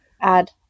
add